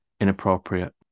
inappropriate